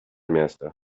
miasta